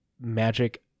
Magic